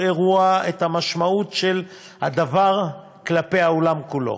אירוע את המשמעות של הדבר כלפי העולם כולו.